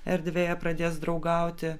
erdvėje pradės draugauti